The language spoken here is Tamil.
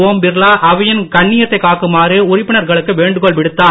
ஒம் பிர்லா அவையின் கண்ணியத்தை காக்குமாறு உறுப்பினர்களுக்கு வேண்டுகோள் விடுத்தார்